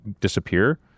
disappear